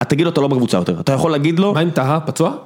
את תגיד אותו לא בקבוצה יותר, אתה יכול להגיד לו האם אתה פצוע?